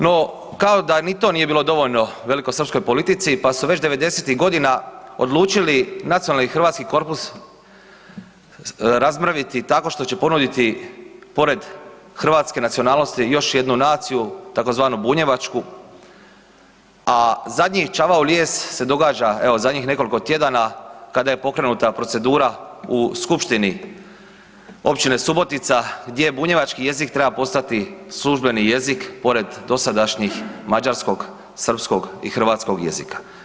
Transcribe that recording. No, kao da ni to nije bilo dovoljno velikosrpskoj politici pa su već 90-ih godina odlučili Nacionalni hrvatski korpus razmrviti tako što će ponuditi pored hrvatske nacionalnosti, još jednu naciju, tzv. bunjevačku, a zadnji čavao u lijes se događa, evo, zadnjih nekoliko tjedana kada je pokrenuta procedura u skupštini općine Subotica gdje bunjevački jezik treba postati službeni jezik pored dosadašnjih mađarskog, srpskog i hrvatskog jezika.